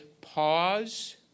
pause